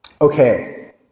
Okay